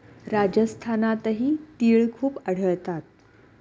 राजस्थानातही तिळ खूप आढळतात